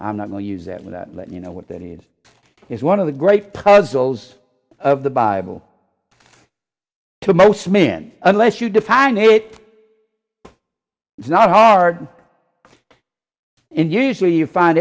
i'm not going to use it and that let you know what that is is one of the great puzzles of the bible to most men unless you define hate it's not hard and usually you find